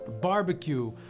Barbecue